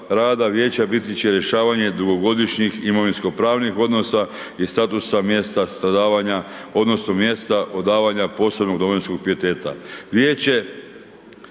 rada vijeća biti će rješavanje dugogodišnjih imovinskopravnih odnosa i statusa mjesta stradavanja odnosno mjesta odavanja posebnog domovinskog pijeteta. Vijeće